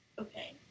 Okay